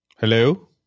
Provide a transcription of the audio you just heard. Hello